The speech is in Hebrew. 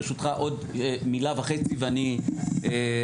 ברשותך עוד מילה וחצי ואני מסיים.